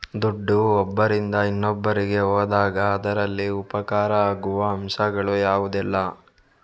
ದುಡ್ಡು ಒಬ್ಬರಿಂದ ಇನ್ನೊಬ್ಬರಿಗೆ ಹೋದಾಗ ಅದರಲ್ಲಿ ಉಪಕಾರ ಆಗುವ ಅಂಶಗಳು ಯಾವುದೆಲ್ಲ?